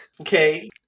Okay